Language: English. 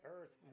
Earth